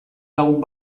lagun